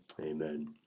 Amen